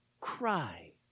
cry